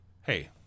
Hey